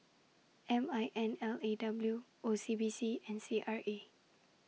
M I N L A W O C B C and C R A